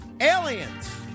aliens